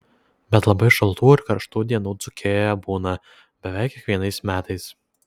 bet labai šaltų ir karštų dienų dzūkijoje būna beveik kiekvienais metais